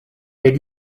est